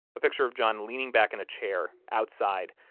a picture of john leaning back in a chair, outside,